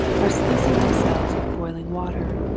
are sluicing themselves with boiling water.